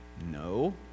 No